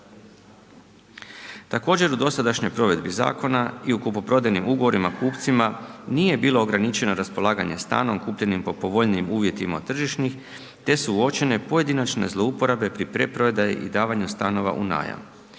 Također u dosadašnjoj provedbi zakona i u kupoprodajnim ugovorima kupcima nije bilo ograničena raspolaganje stanom kupljenim po povoljnijim uvjetima od tržišnih te su uočene pojedinačne zlouporabe pri preprodaji i davanju stanova u najam.